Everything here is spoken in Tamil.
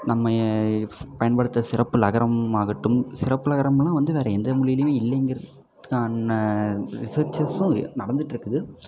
நம்ம பயன்படுத்துகிற சிறப்பு ழகரமாகட்டும் சிறப்பு ழகரம்லாம் வந்து வேறு எந்த மொழியிலையுமே இல்லைங்குறதுக்கான ரிசர்ச்சர்ஸ்ஸும் நடந்துட்டுருக்குது